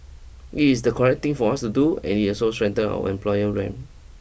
it is the correct thing for us to do and it also strengthens our employer ray